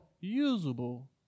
usable